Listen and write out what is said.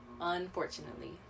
unfortunately